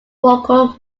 rocco